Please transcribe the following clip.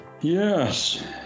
Yes